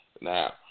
Now